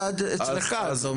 היה אצלך.